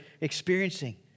experiencing